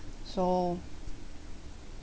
so